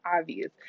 obvious